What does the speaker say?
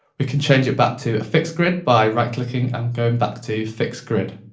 we can change it back to a fixed grid by right clicking and going back to fixed grid.